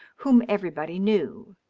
whom everybody knew.